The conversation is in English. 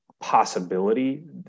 possibility